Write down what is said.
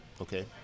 Okay